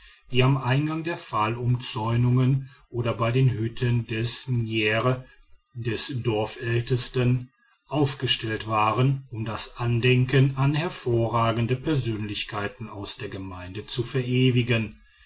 die am eingang der pfahlumzäunung oder bei den hütten des njere des dorfältesten aufgestellt waren um das andenken an hervorragende persönlichkeiten aus der gemeinde zu verewigen